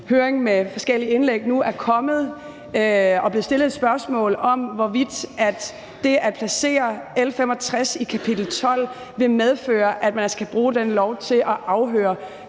høring med forskellige indlæg, nu er kommet og blevet stillet et spørgsmål om, hvorvidt det at placere L 65 i kapitel 12 vil medføre, at man altså kan bruge den lov til at afhøre